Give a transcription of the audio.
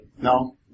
no